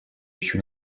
еще